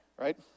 Right